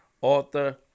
Author